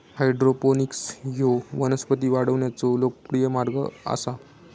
hydroponics ह्यो वनस्पती वाढवण्याचो लोकप्रिय मार्ग आसा